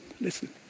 listen